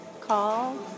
call